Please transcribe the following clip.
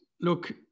look